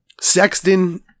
Sexton